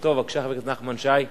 נחמן שי נמצא.